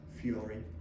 fury